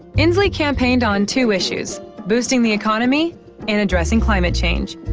inslee campaigned on two issues boosting the economy and addressing climate change.